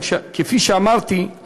כפי שאמרתי,